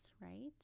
right